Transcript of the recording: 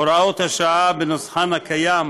הוראות השעה בנוסחן הקיים